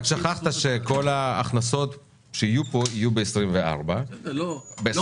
שכחת שכל ההכנסות יהיו ב-24 וב-25.